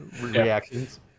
reactions